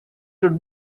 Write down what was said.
would